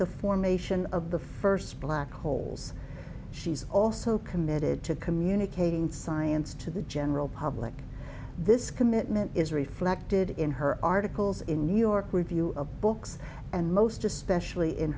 the formation of the first black holes she's also committed to communicating science to the general public this commitment is reflected in her articles in new york review of books and most especially in